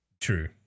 True